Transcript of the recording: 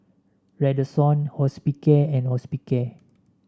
Redoxon Hospicare and Hospicare